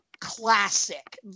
classic